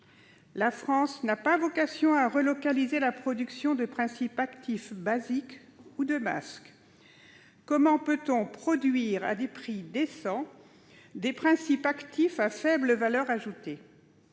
La France n'a pas vocation à relocaliser la production de principes actifs basiques ou de masques. Comment pourrait-on produire à des prix décents des principes actifs à faible valeur ajoutée ?